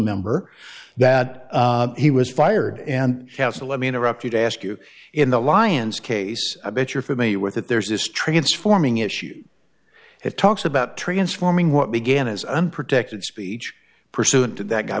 member that he was fired and have to let me interrupt you to ask you in the lion's case a bit you're familiar with that there's this transforming issue it talks about transforming what began as an protected speech pursuant to that guy